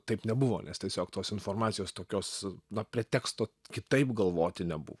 taip nebuvo nes tiesiog tos informacijos tokios na preteksto kitaip galvoti nebuvo